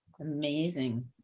Amazing